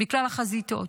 בכלל החזיתות.